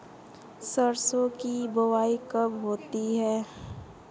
सरसों की बुआई कब होती है?